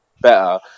better